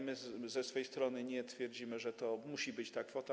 My ze swojej strony nie twierdzimy, że to musi być ta kwota.